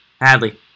Hadley